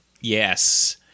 yes